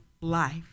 life